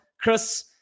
Chris